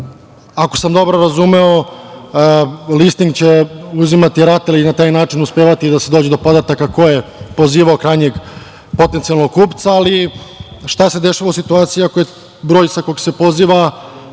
ako sam dobro razumeo, listing će uzimati Ratel i na taj način uspevati da se dođe do podataka ko je pozivao krajnjeg potencijalnog kupca. Ali, šta se dešava u situaciji ako broj sa kog se poziva